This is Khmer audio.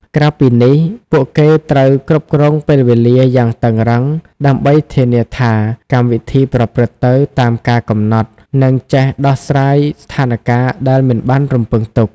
ក្រៅពីនេះ ពួកគេត្រូវគ្រប់គ្រងពេលវេលាយ៉ាងតឹងរ៉ឹង ដើម្បីធានាថាកម្មវិធីប្រព្រឹត្តទៅតាមការកំណត់ និងចេះដោះស្រាយស្ថានការណ៍ដែលមិនបានរំពឹងទុក។